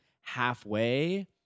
halfway